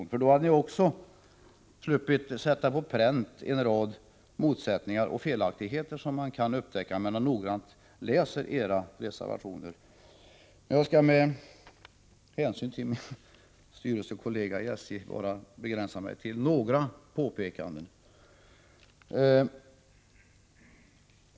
Hade så skett, hade ni också sluppit sätta på pränt en rad motsättningar och felaktigheter, som man kan upptäcka om man noggrant läser era reservationer. Jag skall med hänsyn till min styrelsekollega i SJ begränsa mig till några påpekanden.